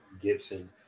Gibson